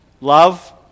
love